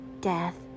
death